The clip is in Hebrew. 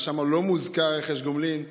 ושם לא מוזכר רכש גומלין,